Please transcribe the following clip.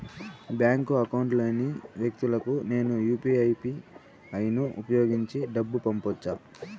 Bank account లేని వ్యక్తులకు నేను యు పి ఐ యు.పి.ఐ ను ఉపయోగించి డబ్బు పంపొచ్చా?